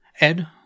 Ed